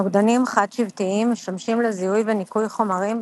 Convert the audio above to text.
נוגדנים חד שבטיים משמשים לזיהוי וניקוי חומרים,